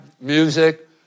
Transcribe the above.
music